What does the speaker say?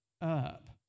up